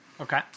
Okay